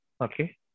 okay